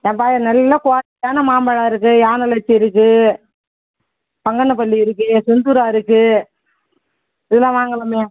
ஏன்ப்பா நல்லா குவாலிட்டியான மாம்பழம் இருக்குது யானலச்சு இருக்குது பங்கனப்பள்ளி இருக்குது செந்தூரா இருக்குது இதெலாம் வாங்கலாமே